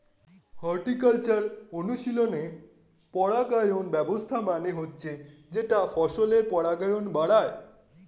horticultural অনুশীলনে পরাগায়ন ব্যবস্থা মানে হচ্ছে যেটা ফসলের পরাগায়ন বাড়ায়